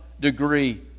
degree